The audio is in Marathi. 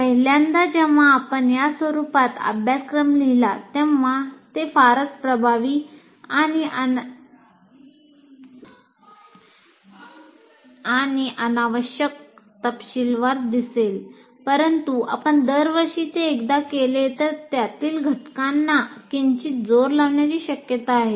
पहिल्यांदा जेव्हा आपण या स्वरुपात अभ्यासक्रमाला लिहाल तेव्हा ते फारच प्रभावी आणि अनावश्यक तपशीलवार दिसेल परंतु आपण दरवर्षी ते एकदा केले तर त्यातील घटकांना किंचित जोर लावण्याची शक्यता आहे